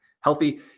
healthy